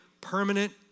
permanent